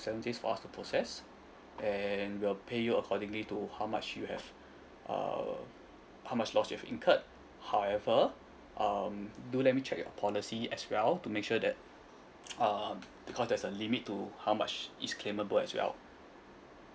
seven days for us to process and we'll pay you accordingly to how much you have uh how much loss is incurred however um do let me check policy as well to make sure that uh because there's a limit to how much is claimable as well